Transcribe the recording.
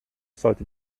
sollte